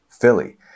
Philly